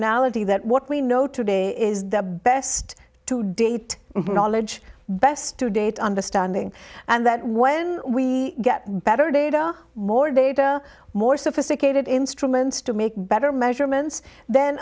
ality that what we know today is the best to date knowledge best to date understanding and that when we get better data more data more sophisticated instruments to make better measurements then